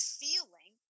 feeling